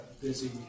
busy